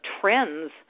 trends